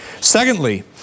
Secondly